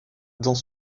dans